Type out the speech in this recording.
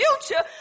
future